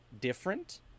different